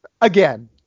Again